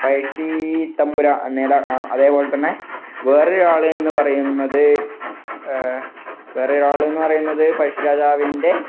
പഴശ്ശി തമ്പുരാൻ നേതാ അതേപോലെ തന്നെ വേറെ ഒരാൾ എന്ന് പറയുന്നത് വേറെ ഒരാൾ എന്ന് പറയുന്നത് പഴശ്ശി രാജാവിൻ്റെ